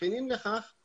התבחינים לכך הם